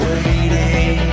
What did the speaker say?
Waiting